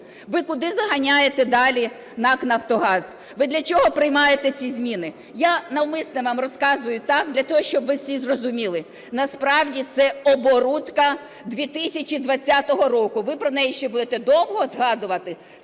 Ви куди заганяєте далі НАК "Нафтогаз"? Ви для чого приймаєте ці зміни? Я навмисне вам розказую так, для того щоб ви всі зрозуміли: насправді, це оборудка 2020 року. Ви про неї ще будете довго згадувати.